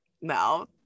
No